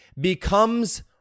becomes